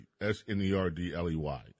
s-n-e-r-d-l-e-y